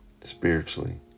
Spiritually